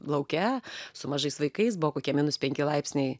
lauke su mažais vaikais buvo kokie minus penki laipsniai